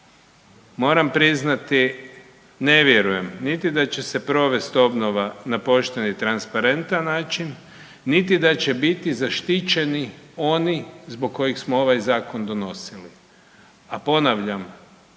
moram priznati ne vjerujem niti da će se provesti obnova na pošten i transparentan način, niti da će biti zaštićeni oni zbog kojih smo ovaj zakon donosili. A ponavljam,